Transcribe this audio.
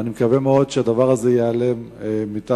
ואני מקווה מאוד שהדבר הזה ייעלם מתחת,